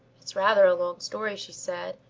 it's rather a long story, she said.